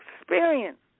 experience